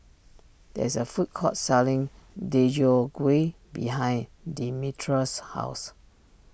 there is a food court selling Deodeok Gui behind Demetra's house